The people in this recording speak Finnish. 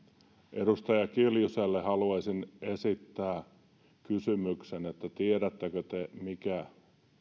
edustaja kiljuselle haluaisin esittää kysymyksen tiedättekö te mikä